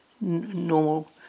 normal